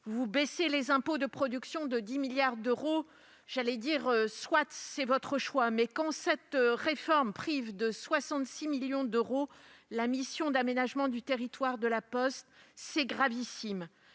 Vous diminuez les impôts de production de 10 milliards d'euros. Soit, c'est votre choix ! Mais, quand cette réforme prive de 66 millions d'euros la mission d'aménagement du territoire de La Poste, c'est gravissime.